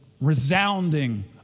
resounding